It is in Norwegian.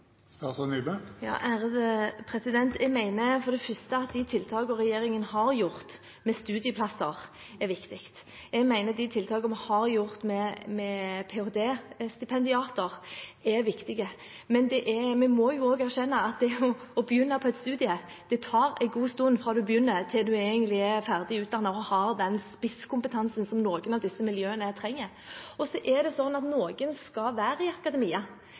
regjeringen har gjort med studieplasser, er viktig. Jeg mener de tiltakene vi har gjort med ph.d.-stipendiater, er viktig. Men vi må jo også erkjenne at det tar en god stund fra man begynner på et studium til man er ferdig utdannet og har den spisskompetansen som noen av disse miljøene trenger. Det er slik at noen skal være i akademia